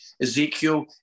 Ezekiel